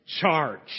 charge